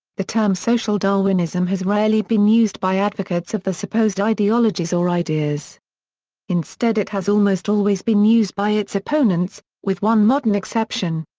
the term social darwinism has rarely been used by advocates of the supposed ideologies or ideas instead it has almost always been used by its opponents, with one modern exception.